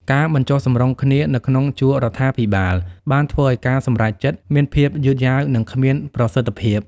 ការមិនចុះសម្រុងគ្នានៅក្នុងជួររដ្ឋាភិបាលបានធ្វើឲ្យការសម្រេចចិត្តមានភាពយឺតយ៉ាវនិងគ្មានប្រសិទ្ធភាព។